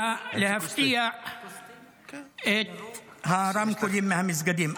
להפקיע את הרמקולים מהמסגדים.